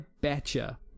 betcha